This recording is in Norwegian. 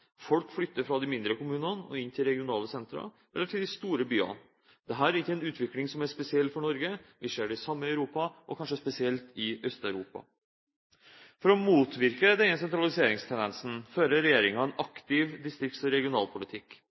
Folk flytter fra de mindre kommunene og inn til regionale sentre, eller til de store byene. Dette er ikke en utvikling som er spesiell for Norge. Vi ser det samme i Europa, og kanskje spesielt i Øst-Europa. For å motvirke denne sentraliseringstendensen fører regjeringen en aktiv distrikts- og regionalpolitikk.